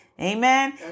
Amen